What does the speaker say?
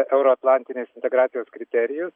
euroatlantinės integracijos kriterijus